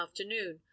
afternoon